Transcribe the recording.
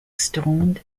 stoned